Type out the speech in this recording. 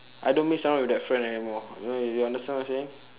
I don't mix around with that friend anymore y~ you understand what I'm saying